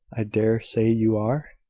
i dare say you are?